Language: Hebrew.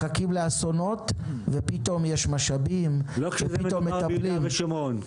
מחכים לאסונות ופתאום יש משאבים ופתאום לא מטפלים.